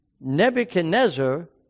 Nebuchadnezzar